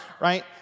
right